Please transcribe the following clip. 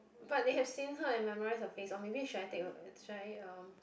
but they have seen her and memorised her face or maybe should I take a should I um